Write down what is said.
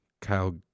Kyle